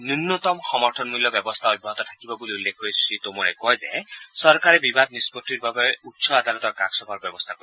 ন্যনতম সমৰ্থন মূল্য ব্যৱস্থা অব্যাহত থাকিব বুলি উল্লেখ কৰি শ্ৰী টোমৰে কয় যে চৰকাৰে বিবাদ নিষ্পত্তিৰ বাবে উচ্চ আদালতৰ কাষ চপাৰ ব্যৱস্থা কৰিব